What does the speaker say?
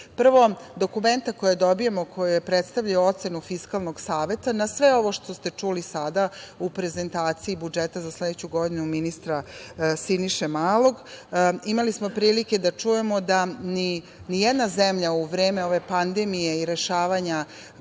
dokumenta koja dobijamo koja predstavljaju ocenu Fiskalnog saveta na sve ovo što ste čuli sada u prezentaciji budžeta za sledeću godinu ministra Siniše Malog imali smo prilike da čujemo da ni jedna zemlja u vreme ove pandemije i rešavanja